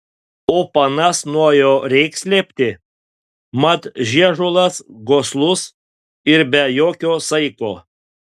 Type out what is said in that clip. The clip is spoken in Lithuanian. o panas nuo jo reik slėpti mat žiežulas goslus yr be jokio saiko